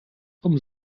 vom